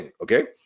okay